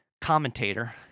commentator